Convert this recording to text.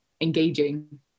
engaging